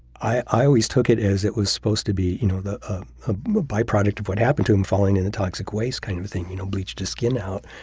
i always took it as it was supposed to be you know the ah byproduct of what happened to him falling in the toxic waste kind of thing you know bleached skin out.